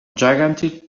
gigantic